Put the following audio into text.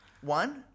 One